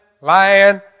lying